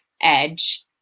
edge